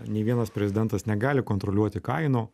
nei vienas prezidentas negali kontroliuoti kainų